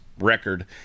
record